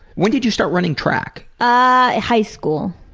when did you start running track? ah, high school.